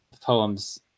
poems